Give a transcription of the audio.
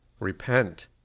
Repent